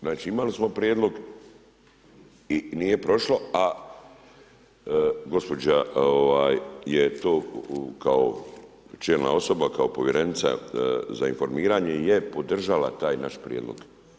Znači, imali smo prijedlog i nije prošlo, a gospođa je to kao čelna osoba, kao povjerenica za informiranje je podržala taj naš prijedlog.